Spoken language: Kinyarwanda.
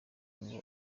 ngo